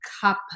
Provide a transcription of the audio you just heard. cup